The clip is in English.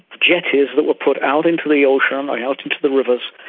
jetties that were put out into the ocean or out into the rivers,